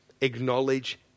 acknowledge